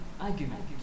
argument